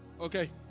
Okay